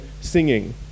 singing